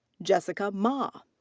jessica ma.